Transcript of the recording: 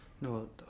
No